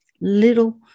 little